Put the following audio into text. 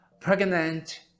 pregnant